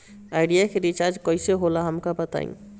Idea के recharge कईसे होला हमका बताई?